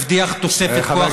הבטיח תוספת כוח אדם,